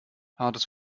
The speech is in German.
hartes